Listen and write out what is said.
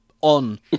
on